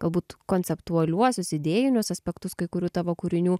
galbūt konceptualiuosius idėjinius aspektus kai kurių tavo kūrinių